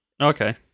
Okay